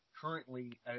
currently